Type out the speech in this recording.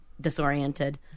disoriented